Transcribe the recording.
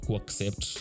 accept